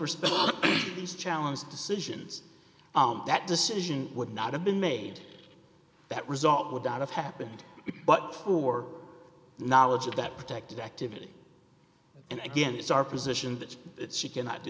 respect to these challenges decisions that decision would not have been made that result would out of happened but for knowledge of that protected activity and again it's our position that she cannot do